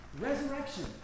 resurrection